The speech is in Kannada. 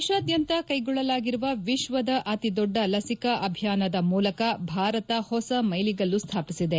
ದೇಶಾದ್ಯಂತ ಕೈಗೊಳ್ಳಲಾಗಿರುವ ವಿಶ್ವದ ಅತಿ ದೊಡ್ಡ ಲಸಿಕೆ ಅಭಿಯಾನದ ಮೂಲಕ ಭಾರತ ಹೊಸ ಮೈಲುಗಲ್ಲು ಸ್ಥಾಪಿಸಿದೆ